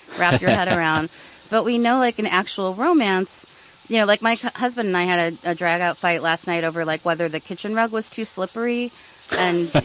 wrap your head around but we know, like, an actual romance you know, like, my husband and i had a ah drag-out fight last night over, like, whether the kitchen rug was too slippery and. but